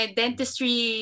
dentistry